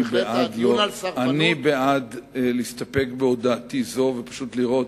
אני בעד להסתפק בהודעתי זאת.